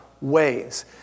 ways